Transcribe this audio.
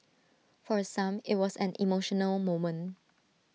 for some IT was an emotional moment